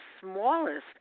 smallest